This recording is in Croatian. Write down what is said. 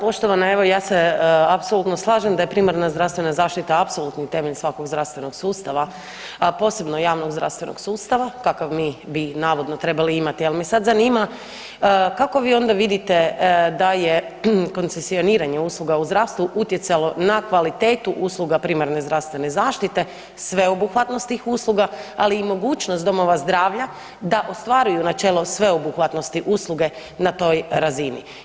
Poštovana, evo ja se apsolutno slažem da je primarna zdravstvena zaštita apsolutni temelj svakog zdravstvenog sustava, posebno javno zdravstvenog sustava kakav mi bi navodno trebali imati ali me sad zanima kako vi onda vidite da je koncesioniranje usluga u zdravstvu, utjecalo na kvalitetu usluga primarne zdravstvene zaštite, sveobuhvatnost tih usluga ali i mogućnost domova zdravlja da ostvaruju načelo sveobuhvatnosti usluge na toj razini?